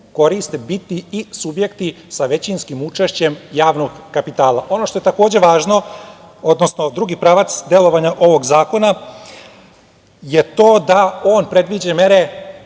koriste biti i subjekti sa većinskim učešćem javnog kapitala. Ono što je takođe važno, odnosno drugi pravac delovanja ovog zakona je to da on predviđa mere